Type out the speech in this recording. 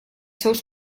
seus